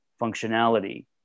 functionality